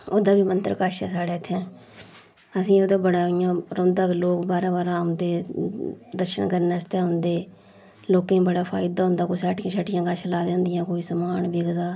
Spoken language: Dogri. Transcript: ओह्दा बी मंदर कश साढ़े इत्थें अस ओह्दा बड़ा इ'या रौंह्दा लोग बाह्रा बाह्रा औंदे दर्शन करन आस्तै औंदे लोकें गी बड़ा फ़ायदा होंदा कुसै हट्टियां शट्टियां कश लाई दियां होंदियां कोई समान बिकदा